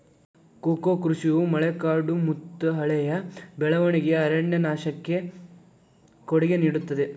cocoa ಕೃಷಿಯು ಮಳೆಕಾಡುಮತ್ತುಹಳೆಯ ಬೆಳವಣಿಗೆಯ ಅರಣ್ಯನಾಶಕ್ಕೆ ಕೊಡುಗೆ ನೇಡುತ್ತದೆ